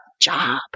job